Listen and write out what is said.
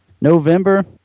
November